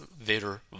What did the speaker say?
Vader